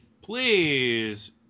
Please